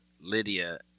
Lydia